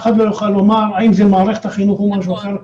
ואף אחד לא יוכל לומר האם זה מערכת החינוך או משהו אחר.